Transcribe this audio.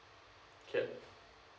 okay